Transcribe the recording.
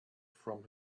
from